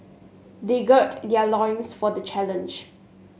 they gird their loins for the challenge